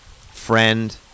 friend